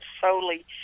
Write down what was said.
solely